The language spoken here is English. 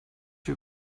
you